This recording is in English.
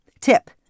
Tip